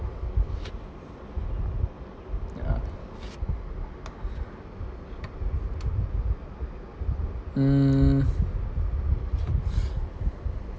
yeah mm